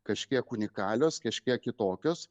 kažkiek unikalios kažkiek kitokios